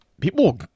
people